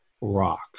rock